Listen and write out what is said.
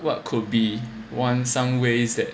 what could be one some ways that